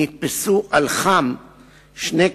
נתפסו על חם שני קטינים,